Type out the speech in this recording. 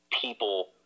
people